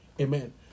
Amen